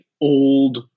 old